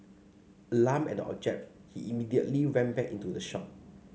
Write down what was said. alarmed at the object he immediately went back into the shop